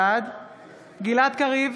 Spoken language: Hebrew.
בעד גלעד קריב,